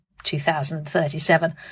2037